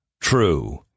true